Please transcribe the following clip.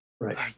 Right